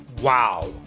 Wow